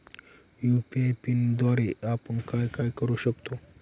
UPI पिनद्वारे आपण काय काय करु शकतो?